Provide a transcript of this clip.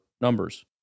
numbers